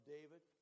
David